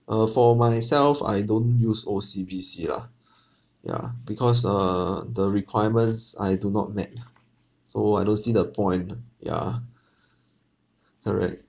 uh for myself I don't use O_C_B_C lah yeah because err the requirements I do not met lah so I don't see the point ah yeah correct